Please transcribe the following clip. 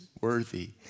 worthy